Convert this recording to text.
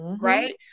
right